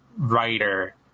writer